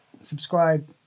subscribe